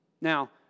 Now